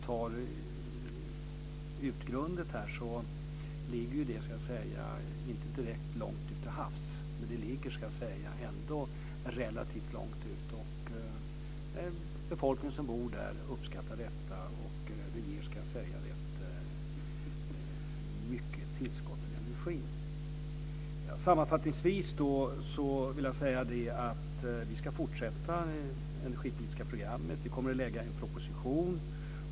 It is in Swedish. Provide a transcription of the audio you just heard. T.ex. Utgrundet ligger inte direkt långt ut till havs, men det ligger ändå relativt långt ut. Befolkningen som bor där uppskattar detta, och det ger rätt mycket tillskott till energin. Sammanfattningsvis vill jag säga att vi ska fortsätta det energipolitiska programmet. Vi kommer att lägga fram en proposition.